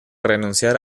renunciar